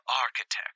architect